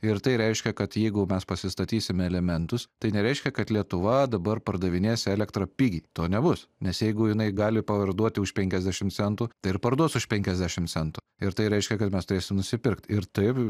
ir tai reiškia kad jeigu mes pasistatysim elementus tai nereiškia kad lietuva dabar pardavinės elektrą pigiai to nebus nes jeigu jinai gali parduoti už penkiasdešim centų tai ir parduos už penkiasdešim centų ir tai reiškia kad mes turėsim nusipirkt ir taib